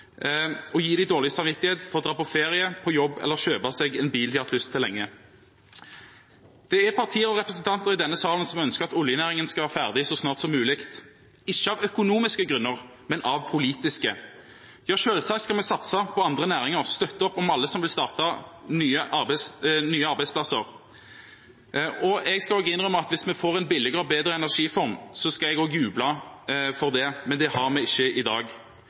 og gi dem dårlig samvittighet for å dra på ferie eller på jobb eller å kjøpe seg en bil de har hatt lyst på lenge. Det er partier og representanter i denne salen som ønsker at oljenæringen skal være ferdig så snart som mulig – ikke av økonomiske grunner, men av politiske. Ja, selvsagt skal vi satse på andre næringer og støtte opp om alle som vil starte nye arbeidsplasser. Jeg skal også innrømme at hvis vi får en billigere og bedre energiform, skal jeg også juble for det. Men det har vi ikke i dag.